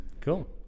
Cool